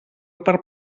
per